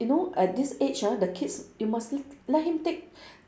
you know at this age ah the kids you must le~ let him take